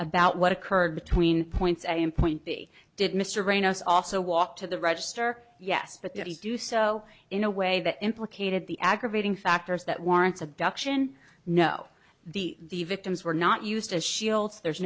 about what occurred between points a and point b did mr ramos also walk to the register yes but that he do so in a way that implicated the aggravating factors that warrants abduction no the the victims were not used as shields there